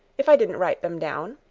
if i didn't write them down,